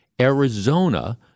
Arizona